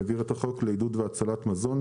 העביר את החוק לעידוד והצלת מזון,